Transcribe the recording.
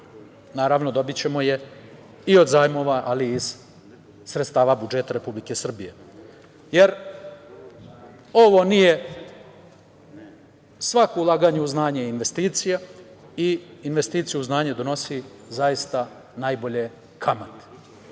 Naravno, dobićemo je i od zajmova, ali i iz sredstava budžeta Republike Srbije, jer, svako ulaganje u znanje je investicija i investicija u znanje donosi zaista najbolje